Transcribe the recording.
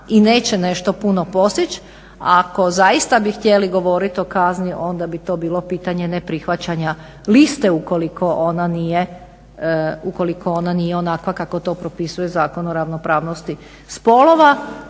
i neće nešto puno postići, a ako zaista bi htjeli govoriti o kazni onda bi to bilo pitanje neprihvaćanja liste ukoliko ona nije onakva kako to propisuje Zakon o ravnopravnosti spolova.